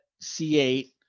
C8